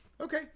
Okay